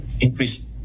increase